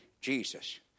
Jesus